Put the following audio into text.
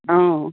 অঁ